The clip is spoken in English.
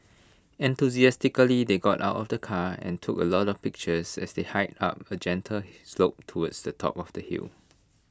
enthusiastically they got out of the car and took A lot of pictures as they hiked up A gentle slope towards the top of the hill